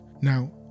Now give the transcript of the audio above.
Now